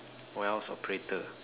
warehouse operator